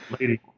lady